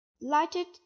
lighted